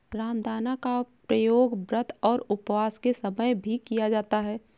रामदाना का प्रयोग व्रत और उपवास के समय भी किया जाता है